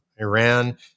Iran